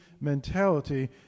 mentality